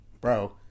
bro